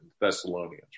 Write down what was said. Thessalonians